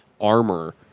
armor